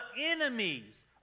enemies